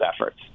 efforts